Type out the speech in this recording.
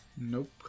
Nope